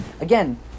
again